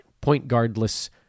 point-guardless